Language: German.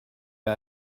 mir